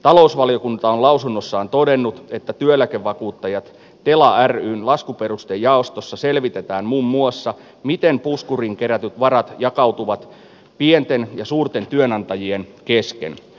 talousvaliokunta on lausunnossaan todennut että työeläkevakuuttajat tela ryn laskuperustejaostossa selvitetään muun muassa miten puskuriin kerätyt varat jakautuvat pienten ja suurten työnantajien kesken